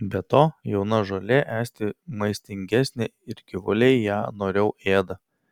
be to jauna žolė esti maistingesnė ir gyvuliai ją noriau ėda